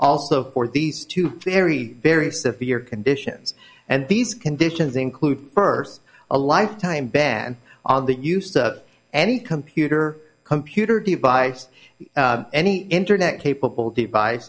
also for these two very very severe conditions and these conditions include first a lifetime ban on the use of any computer computer device any internet capable devi